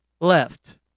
left